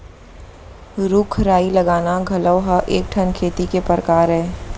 रूख राई लगाना घलौ ह एक ठन खेती के परकार अय